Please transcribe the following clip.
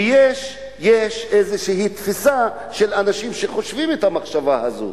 כי יש איזושהי תפיסה של אנשים שחושבים את המחשבה הזאת.